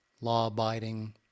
law-abiding